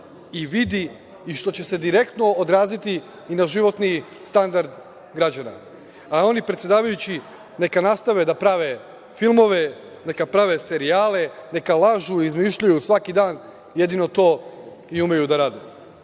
i vidi i što će se direktno odraziti i na životni standard građana, a oni, predsedavajući, neka nastave da prave filmove, neka prave serijale, neka lažu, izmišljaju svaki dan, jedino to i umeju da rade. Iz